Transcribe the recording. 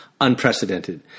unprecedented